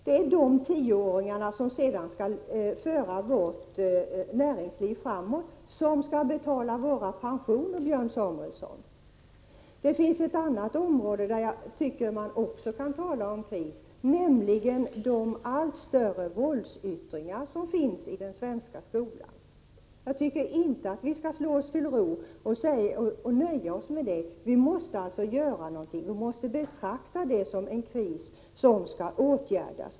Det är de tioåringarna som sedan skall föra vårt näringsliv framåt, som skall betala våra pensioner, Björn Samuelson! Det finns ett annat område där jag tycker att man också kan tala om kris. Det gäller de allt större våldsyttringarna i den svenska skolan. Jag tycker inte att vi skall slå oss till ro och nöja oss med det. Vi måste alltså göra någonting, vi måste betrakta detta som en kris som skall åtgärdas.